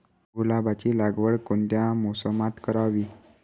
गुलाबाची लागवड कोणत्या मोसमात करावी?